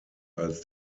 als